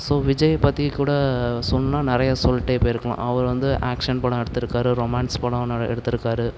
so Vijay பற்றிக்கூட சொல்லணுன்னா நிறைய சொல்லிட்டே போயிருக்கலாம் அவர் வந்து ஆக்சன் படம் எடுத்துருக்கார் ரொமான்ஸ் படம் எடுத்துருக்கார்